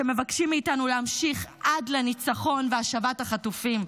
שמבקשים מאיתנו להמשיך עד לניצחון והשבת החטופים.